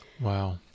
wow